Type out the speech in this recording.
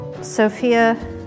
Sophia